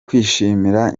kwishimira